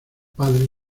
padre